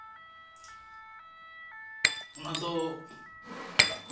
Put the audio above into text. ᱚᱱᱟᱫᱚ